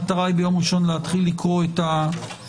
המטרה היא ביום ראשון להתחיל לקרוא את החוק.